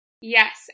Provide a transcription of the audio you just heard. Yes